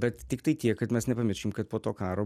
bet tiktai tiek kad mes nepamirškim kad po to karo